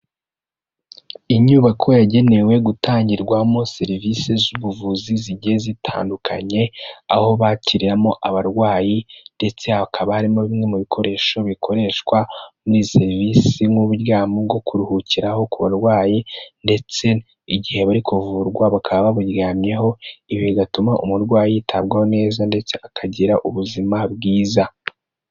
Inyubako yagenewe gutangirwamo serivisi z'ubuvuzi zigiye zitandukanye, aho bakiriramo abarwayi ndetse hakaba harimo bimwe mu bikoresho bikoreshwa muri serivisi nk'uburyamo bwo kuruhukiraho ku barwayi ndetse igihe bari kuvurwa bakaba baburyamyeho, ibi bigatuma umurwayi yitabwaho neza ndetse akagira ubuzima bwiza.